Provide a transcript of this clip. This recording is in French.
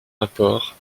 rapport